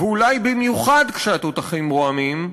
ואולי במיוחד כשהתותחים רועמים,